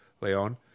Leon